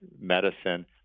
medicine